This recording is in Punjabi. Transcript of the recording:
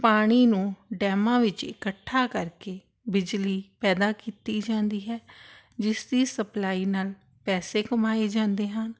ਪਾਣੀ ਨੂੰ ਡੈਮਾਂ ਵਿੱਚ ਇਕੱਠਾ ਕਰਕੇ ਬਿਜਲੀ ਪੈਦਾ ਕੀਤੀ ਜਾਂਦੀ ਹੈ ਜਿਸ ਦੀ ਸਪਲਾਈ ਨਾਲ ਪੈਸੇ ਕਮਾਏ ਜਾਂਦੇ ਹਨ